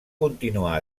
continuar